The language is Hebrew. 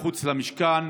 מחוץ למשכן,